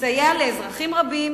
תסייע לאזרחים רבים